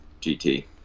gt